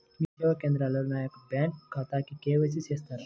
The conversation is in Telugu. మీ సేవా కేంద్రంలో నా యొక్క బ్యాంకు ఖాతాకి కే.వై.సి చేస్తారా?